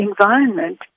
environment